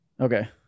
Okay